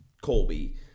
Colby